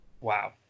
wow